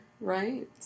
right